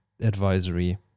advisory